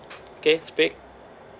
okay speak